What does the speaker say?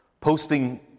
posting